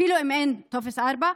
אפילו אם אין טופס 4,